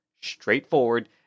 straightforward